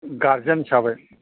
guardian हिसाबै